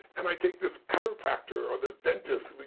and i take this chiropractor or this dentist,